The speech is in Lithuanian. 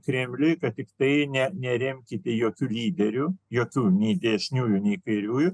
kremliui kad tiktai ne neremkite jokių lyderių jokių nei dešiniųjų nei kairiųjų